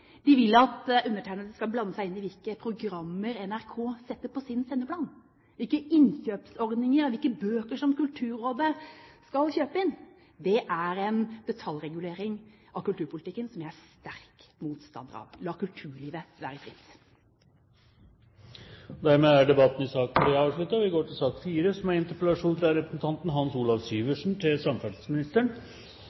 De vil at undertegnede skal blande seg inn i hvilke programmer NRK setter på sin sendeplan, innkjøpsordninger og hvilke bøker som Kulturrådet skal kjøpe inn. Det er en detaljregulering av kulturpolitikken som jeg er sterk motstander av. La kulturlivet være fritt. Dermed er debatten i sak nr. 3 avsluttet. Som presidenten refererte, var det en interpellasjon